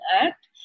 Act